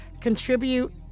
contribute